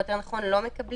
או יותר נכון לא מקבלים,